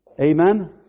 Amen